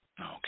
Okay